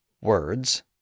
words